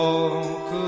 Walk